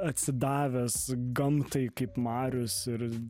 atsidavęs gamtai kaip marius ir